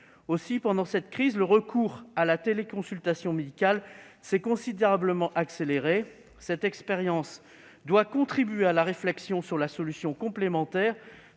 sujet. Pendant cette crise, le recours à la téléconsultation médicale s'est considérablement accéléré. Cette expérience doit contribuer à la réflexion sur la solution complémentaire